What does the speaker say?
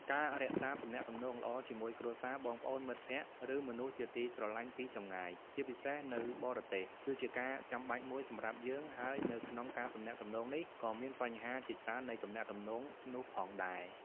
ការរក្សាទំនាក់ទំនងល្អជាមួយគ្រួសារ បងប្អូន មិត្តភក្តិ ឬមនុស្សជាទីស្រឡាញ់ពីចម្ងាយ ជាពិសេសនៅបរទេសគឺជាការចំបាច់មួយសម្រាប់យើង ហើយនៅក្នុងការទំនាក់ទំនងនេះក៏មានបញ្ហាជាច្រើននៃទំនាក់ទំនងនោះផងដែរ។